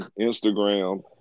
Instagram